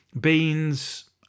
beans